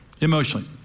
Emotionally